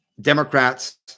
Democrats